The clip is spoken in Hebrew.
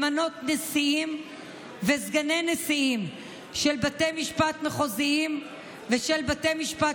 למנות נשיאים וסגני נשיאים של בתי משפט מחוזיים ושל בתי משפט